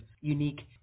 unique